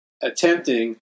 attempting